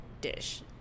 dish